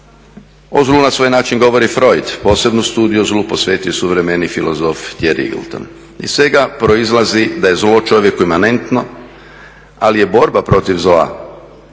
O zlu na svoj način govori Froid, posebnu studiju o zlu posvetio je suvremeni filozof …. Iz svega proizlazi da je zlo u čovjeku imanentno, ali je borba protiv zla